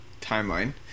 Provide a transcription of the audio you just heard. timeline